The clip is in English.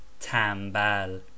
tambal